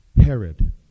Herod